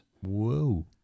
Whoa